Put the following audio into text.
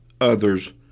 others